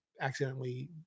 accidentally